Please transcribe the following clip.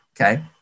Okay